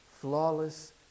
flawless